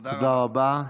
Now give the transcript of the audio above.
תודה רבה.